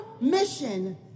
mission